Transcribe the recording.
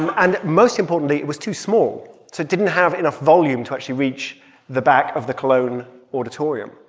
um and most importantly, it was too small, so it didn't have enough volume to actually reach the back of the cologne auditorium.